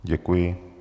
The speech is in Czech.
Děkuji.